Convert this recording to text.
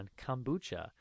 kombucha